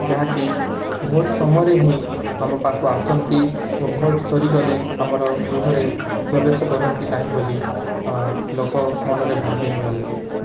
ଯାହାକି ଭୋଟ୍ ସମୟରେ ହିଁ ଆମ ପାଖକୁ ଆସନ୍ତି ଓ ଭୋଟ୍ ସରିଗଲେ ଆମର ଗୃହରେ ପ୍ରବେଶ କରନ୍ତି ନାହିଁ ବୋଲି ଲୋକ ମନରେ ଭାବି ନିଅନ୍ତି